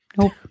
Nope